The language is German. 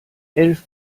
elf